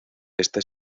esta